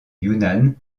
yunnan